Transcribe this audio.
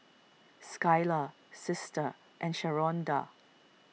Skylar Sister and Sharonda